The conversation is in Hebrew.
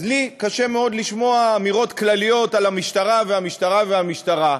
אז לי קשה מאוד לשמוע אמירות כלליות על המשטרה והמשטרה והמשטרה.